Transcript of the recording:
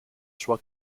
sua